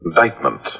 Indictment